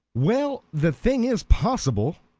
well, the thing is possible.